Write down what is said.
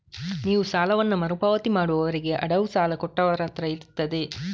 ನೀವು ಸಾಲವನ್ನ ಮರು ಪಾವತಿ ಮಾಡುವವರೆಗೆ ಅಡವು ಸಾಲ ಕೊಟ್ಟವರತ್ರ ಇರ್ತದೆ